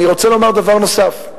אני רוצה לומר דבר נוסף.